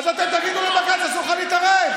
אז אתם תגידו לבג"ץ: אסור לך להתערב,